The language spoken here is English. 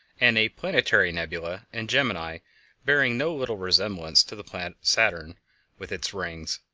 and a planetary nebula' in gemini bearing no little resemblance to the planet saturn with its rings,